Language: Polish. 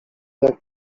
jak